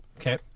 okay